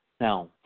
Now